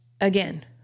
again